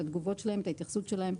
את התגובות וההתייחסות שלהם,